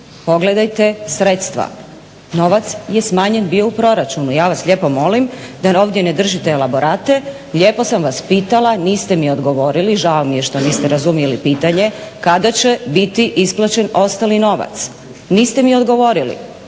Pogledajte sredstva, novac je smanjen bio u proračunu. Ja vas lijepo molim da ovdje ne držite elaborate, lijepo sam vas pitala, niste mi odgovorili, žao mi je što niste razumjeli pitanje kada će biti isplaćen ostali novac. Niste mi odgovorili.